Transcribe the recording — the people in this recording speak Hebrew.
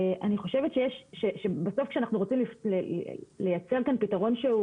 אני חושבת שבסוף כשאנחנו רוצים לייצר כאן פתרון שהוא